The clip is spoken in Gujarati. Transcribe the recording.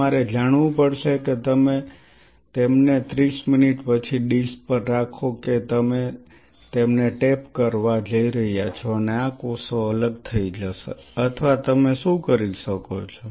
તમારે જાણવું પડશે કે તમે તેમને 30 મિનિટ પછી ડીશ પર રાખો કે તમે તેમને ટેપ કરવા જઈ રહ્યા છો અને આ કોષો અલગ થઈ જશે અથવા તમે શું કરી શકો છો